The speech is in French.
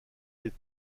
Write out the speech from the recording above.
des